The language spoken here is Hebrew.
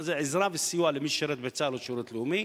זה עזרה וסיוע למי ששירת בצה"ל או בשירות לאומי,